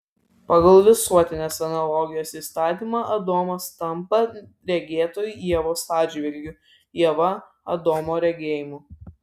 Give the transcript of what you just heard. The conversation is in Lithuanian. pagal visuotinės analogijos įstatymą adomas tampa regėtoju ievos atžvilgiu ieva adomo regėjimu